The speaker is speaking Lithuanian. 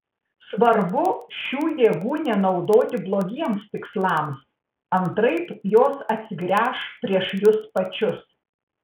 svarbu šių jėgų nenaudoti blogiems tikslams antraip jos atsigręš prieš jus pačius